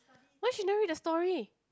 why she never read the story